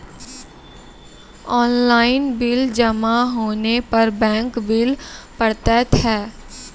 Online bill जमा होने पर बैंक बिल पड़तैत हैं?